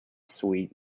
sweet